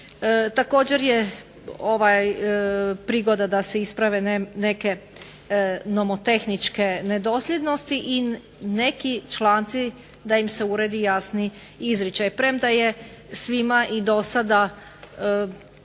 Također je prigoda da se isprave neke nomotehničke nedosljednosti i neki članci da im se uredi jasni izričaj. Premda je svima i do sada